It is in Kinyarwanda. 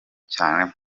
cyane